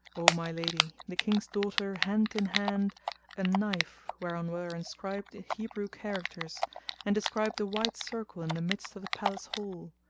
o my lady, the king's daughter hent in hand a knife whereon were inscribed hebrew characters and described a wide circle in the midst of the palace hall,